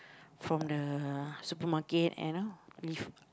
from the supermarket and know